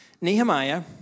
Nehemiah